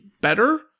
better